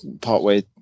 partway